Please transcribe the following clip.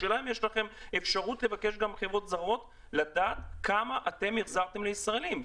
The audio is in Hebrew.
האם יש לכם אפשרות לדעת מחברות זרות כמה הן החזירו לישראלים?